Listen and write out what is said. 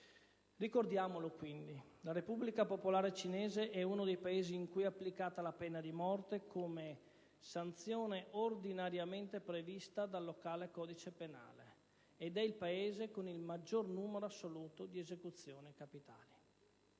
Ricordiamolo, quindi. La Repubblica popolare cinese è uno dei Paesi in cui è applicata la pena di morte come sanzione ordinariamente prevista dal locale codice penale ed è il Paese con il maggior numero assoluto di esecuzioni capitali.